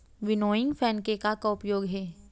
Winnowing fan के का का उपयोग हे?